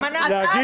גם אנחנו.